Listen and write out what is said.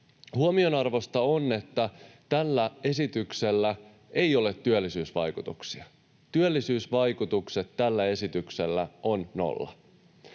Huomionarvoista on, että tällä esityksellä ei ole työllisyysvaikutuksia. Työllisyysvaikutukset tällä esityksellä ovat nolla.